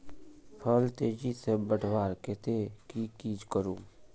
फल तेजी से बढ़वार केते की की करूम?